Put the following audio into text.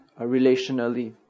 relationally